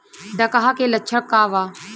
डकहा के लक्षण का वा?